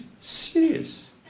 serious